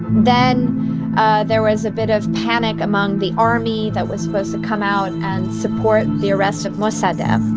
then there was a bit of panic among the army that was supposed to come out and support the arrest of mossadegh.